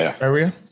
area